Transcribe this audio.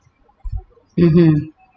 mmhmm